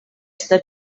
està